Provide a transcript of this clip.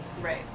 Right